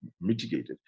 mitigated